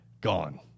gone